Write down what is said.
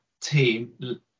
team